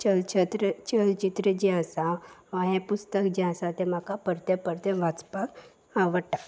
चलचत्र चलचित्र जें आसा वा हें पुस्तक जें आसा तें म्हाका परते परते वाचपाक आवडटा